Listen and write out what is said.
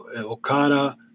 Okada